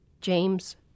James